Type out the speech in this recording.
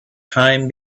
time